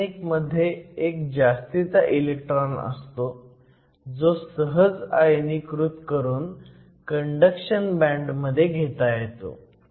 arsenic मध्ये एक जास्तीचा इलेक्ट्रॉन असतो जो सहज आयनीकृत करून कंडक्शन बँड मध्ये घेता येतो